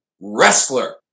wrestler